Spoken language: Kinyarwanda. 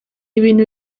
ibintu